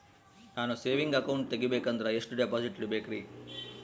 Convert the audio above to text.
ನಾನು saving account ತೆಗಿಬೇಕಂದರ ಎಷ್ಟು ಡಿಪಾಸಿಟ್ ಇಡಬೇಕ್ರಿ?